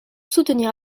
soutenir